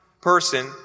person